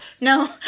No